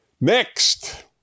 Next